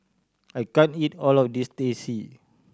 I can't eat all of this Teh C